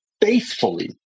faithfully